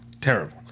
Terrible